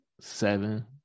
seven